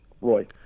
Roy